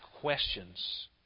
questions